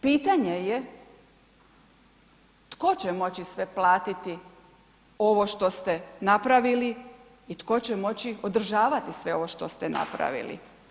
Pitanje je tko će moći sve platiti ovo štose napravili i tko će moći održavati sve ovo što ste napravili?